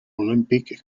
olympic